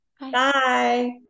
bye